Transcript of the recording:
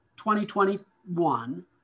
2021